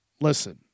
Listen